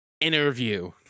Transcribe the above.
interview